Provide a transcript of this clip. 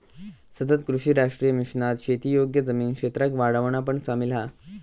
सतत कृषी राष्ट्रीय मिशनात शेती योग्य जमीन क्षेत्राक वाढवणा पण सामिल हा